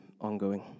ongoing